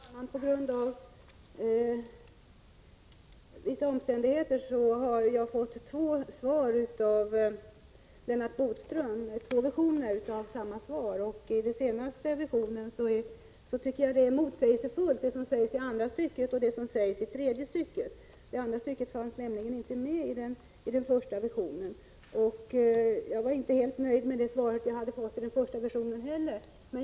Herr talman! På grund av vissa omständigheter har jag av Lennart Bodström fått två versioner av svaret. I den senaste versionen är, tycker jag, det som sägs i andra stycket och det som sägs i tredje stycket motsägelsefullt. Det andra stycket fanns inte medi den första versionen av svaret, men jag var inte helt nöjd med svaret i den versionen heller.